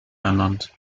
ernannt